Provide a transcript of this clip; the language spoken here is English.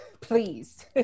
please